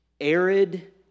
arid